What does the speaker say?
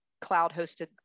cloud-hosted